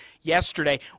yesterday